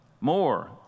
more